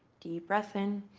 deep breath in.